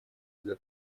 для